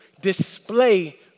display